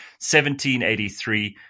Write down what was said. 1783